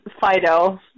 Fido